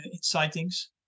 sightings